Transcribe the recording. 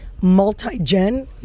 multi-gen